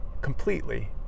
completely